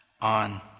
on